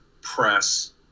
press